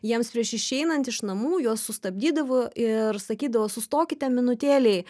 jiems prieš išeinant iš namų juos sustabdydavo ir sakydavo sustokite minutėlei